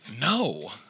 No